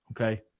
okay